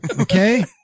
Okay